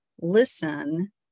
listen